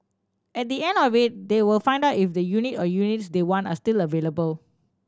at the end of it they will find out if the unit or units they want are still available